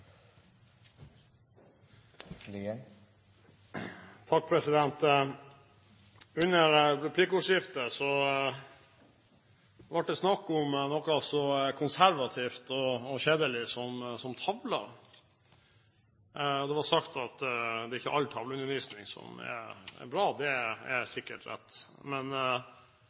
Under replikkordskiftet ble det snakk om noe så konservativt og kjedelig som tavler. Det ble sagt at det er ikke all tavleundervisning som er bra. Det er sikkert rett. Men